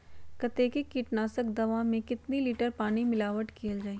कतेक किटनाशक दवा मे कितनी लिटर पानी मिलावट किअल जाई?